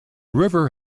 river